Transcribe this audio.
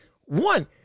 one